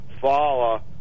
follow